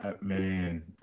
Man